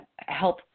help